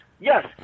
yes